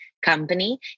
company